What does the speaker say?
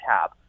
tab